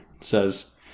says